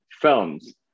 films